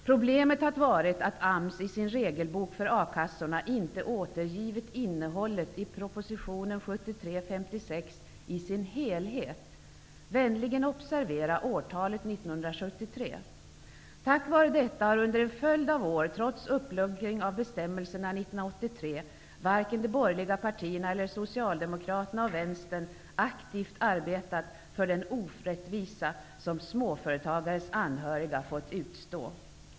Problemet har varit att AMS i sin regelbok för a-kassorna inte har återgivit innehållet i proposition 56 från 1973 i dess helhet. Vänligen observera årtalet: 1973. På grund av detta har under en följd av år, trots uppluckring av bestämmelserna 1983, varken de borgerliga partierna eller socialdemokraterna och vänstern aktivt bearbetat den orättvisa som småföretagares anhöriga fått utstå.